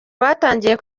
batangiye